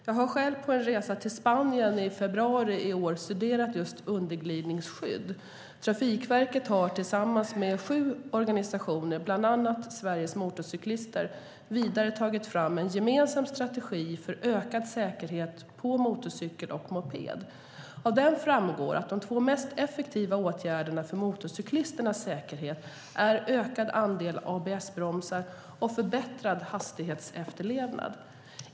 Jag har själv på en resa till Spanien i februari i år studerat dessa underglidningsskydd. Trafikverket har vidare tillsammans med sju organisationer, bland annat Sveriges Motorcyklister, tagit fram en gemensam strategi för ökad säkerhet på motorcykel och moped. Av den framgår att de två mest effektiva åtgärderna för motorcyklisternas säkerhet är ökad andel ABS-bromsar och förbättrad hastighetsefterlevnad.